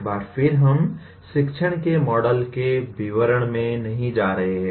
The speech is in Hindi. एक बार फिर हम शिक्षण के मॉडल के विवरण में नहीं जा रहे हैं